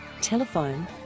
Telephone